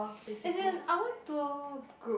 as in I want tour group